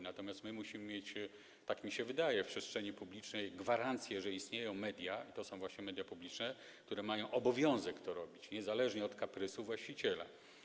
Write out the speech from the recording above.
Natomiast my musimy mieć, tak mi się wydaje, w przestrzeni publicznej gwarancję, że istnieją media, i to są właśnie media publiczne, które mają obowiązek realizować misję niezależnie od kaprysu właściciela.